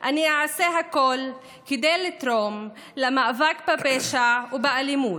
אני אעשה הכול כדי לתרום למאבק בפשע ובאלימות.